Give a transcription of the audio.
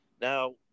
Now